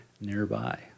nearby